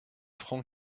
francs